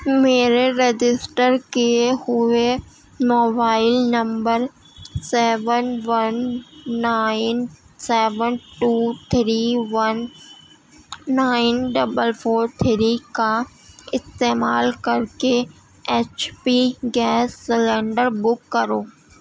میرے رجسٹر کیے ہوئے mobile number seven one nine seven two three one nine double four three کا استعمال کر کے H P gas cylinder book کرو